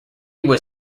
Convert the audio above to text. was